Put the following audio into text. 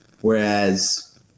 whereas